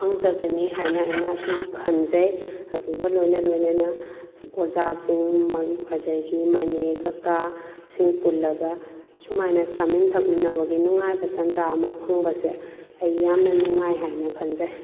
ꯐꯪꯖꯒꯅꯤ ꯍꯥꯏꯅ ꯑꯩꯅ ꯑꯁꯨꯝ ꯈꯟꯖꯩ ꯑꯗꯨꯒ ꯂꯣꯏꯅ ꯂꯣꯏꯅꯅ ꯑꯣꯖꯥꯁꯤꯡ ꯑꯗꯒꯤ ꯃꯅꯦ ꯀꯥꯀꯥ ꯁꯤꯡ ꯄꯨꯜꯂꯒ ꯁꯨꯃꯥꯏꯅ ꯆꯥꯃꯤꯟ ꯊꯛꯃꯤꯟꯅꯕꯒꯤ ꯅꯨꯡꯉꯥꯏꯕ ꯇꯥꯟꯖꯥ ꯑꯃ ꯐꯪꯕꯁꯦ ꯑꯩ ꯌꯥꯝꯅ ꯅꯨꯡꯉꯥꯏ ꯍꯥꯏꯅ ꯈꯟꯖꯩ